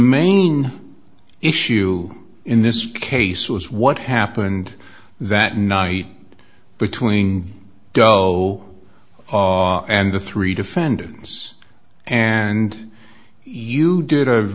main issue in this case was what happened that night between doe and the three defendants and you did a